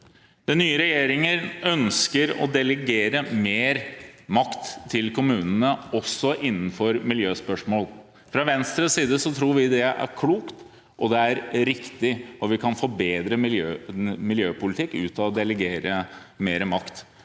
Den nye regjeringen ønsker å delegere mer makt til kommunene, også innenfor miljøspørsmål. Fra Venstres side tror vi det er klokt, og det er riktig når vi kan få bedre miljøpolitikk ut av å delegere mer makt.